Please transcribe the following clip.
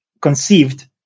conceived